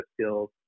skills